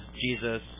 Jesus